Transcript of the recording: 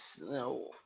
no